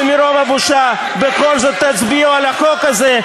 ומרוב בושה בכל זאת תצביעו על החוק הזה,